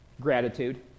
Gratitude